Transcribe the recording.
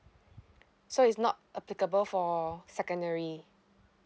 so is not applicable for secondary